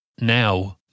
now